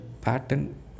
pattern